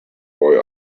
boy